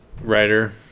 writer